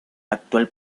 actual